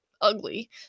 ugly